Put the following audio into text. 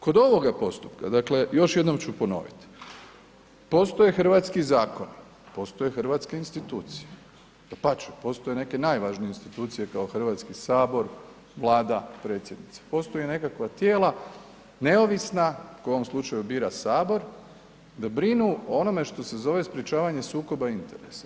Kod ovoga postupka, dakle još jednom ću ponoviti, postoje hrvatski zakoni, postoje hrvatske institucije, dapače, postoje neke najvažnije institucije kao Hrvatski sabor, Vlada, predsjednica, postoje nekakva tijela neovisna koja u ovom slučaju bira Sabor da brinu o onome što se zove sprečavanje sukoba interesa.